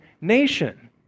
nation